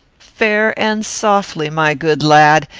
fair and softly, my good lad!